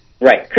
Right